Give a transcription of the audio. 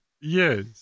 Yes